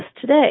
today